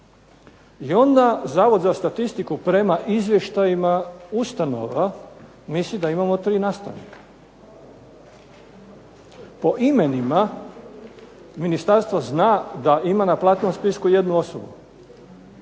i onda Zavod za statistiku prema izvještajima ustanova misli da imamo tri nastavnika. Po imenima ministarstvo zna da ima na platnom spisku jednu osobu